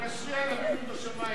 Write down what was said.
תתפשרי על אבינו בשמים,